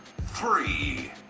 three